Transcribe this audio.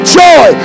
joy